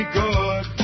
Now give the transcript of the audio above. good